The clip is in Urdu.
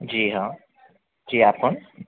جی ہاں جی آپ کون